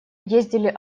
ездили